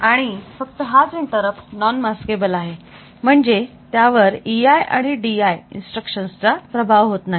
आणि फक्त हाच इंटरप्ट नॉन मास्केबल आहे म्हणजे त्यावर EI आणि DI इन्स्ट्रक्शन्स चा प्रभाव होत नाही